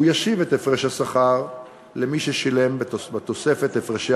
הוא ישיב את הפרש השכר למי ששילם בתוספת הפרשי